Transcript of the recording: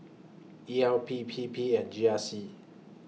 E L P P P and G R C